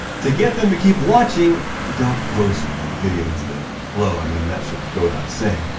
to get them to keep watching, don't post videos that blow, i mean, that should go without saying.